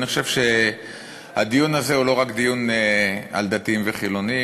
אני חושב שהדיון הזה הוא לא רק דיון על דתיים וחילונים,